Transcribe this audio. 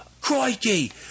Crikey